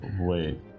Wait